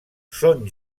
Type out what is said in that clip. són